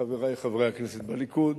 לחברי חברי הכנסת בליכוד,